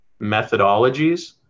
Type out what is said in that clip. methodologies